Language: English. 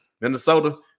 Minnesota